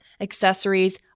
accessories